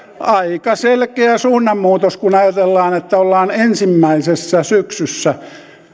aika selkeä suunnanmuutos kun ajatellaan että ollaan ensimmäisessä syksyssä